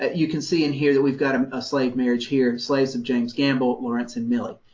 you can see in here that we've got um a slave marriage here, slaves of james gamble, lawrence and millie.